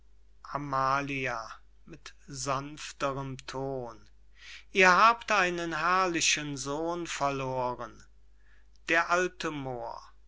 ton ihr habt einen herrlichen sohn verloren d a moor